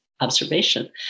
observation